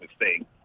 mistake